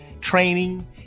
training